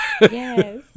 Yes